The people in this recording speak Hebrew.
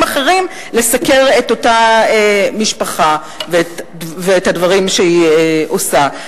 אחרים לסקר את אותה משפחה ואת הדברים שהיא עושה.